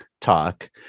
Talk